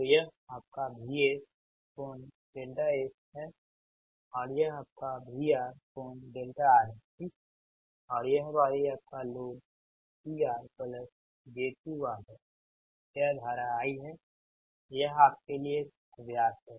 तो यह आपकाVS∠Sहै और यह आपकाVR∠R है ठीक और यह वाली आपका लोड PR j QR यह धारा I है यह आपके लिए एक अभ्यास है